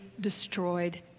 destroyed